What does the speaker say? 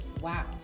Wow